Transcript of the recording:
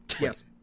Yes